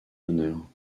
honneur